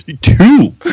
Two